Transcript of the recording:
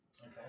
Okay